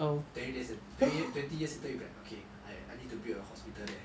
twenty days twenty years later you're like okay I I need to build a hospital there